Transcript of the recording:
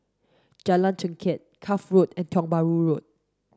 Jalan Chengkek Cuff Road and Tiong Bahru Road